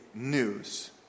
news